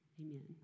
Amen